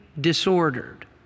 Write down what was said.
disordered